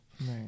Right